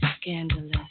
scandalous